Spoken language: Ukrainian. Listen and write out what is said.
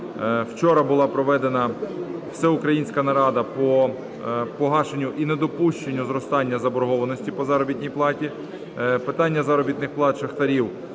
Учора була проведена Всеукраїнська нарада по погашенню і недопущенню зростання заборгованості по заробітній платі. Питання заробітних плат шахтарів